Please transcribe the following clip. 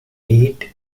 heat